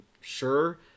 sure